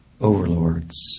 overlords